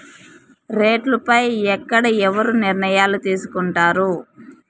రేట్లు పై ఎక్కడ ఎవరు నిర్ణయాలు తీసుకొంటారు?